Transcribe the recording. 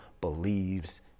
believes